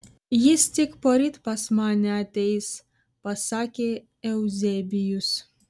jis tik poryt pas mane ateis pasakė euzebijus